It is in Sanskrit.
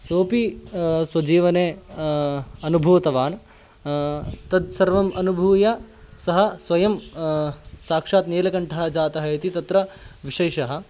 सोपि स्वजीवने अनुभूतवान् तत् सर्वम् अनुभूय सः स्वयं साक्षात् नीलकण्ठः जातः इति तत्र विशेषः